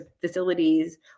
facilities